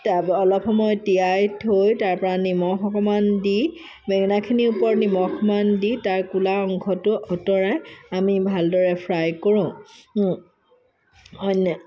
তাৰপৰা অলপ সময় তিয়াই থৈ তাৰপৰা নিমখ অকণমান দি বেঙেনাখিনিৰ ওপৰত নিমখ অকণমান দি তাৰ কোলা অংশটো আঁতৰাই আমি ভালদৰে ফ্ৰাই কৰোঁ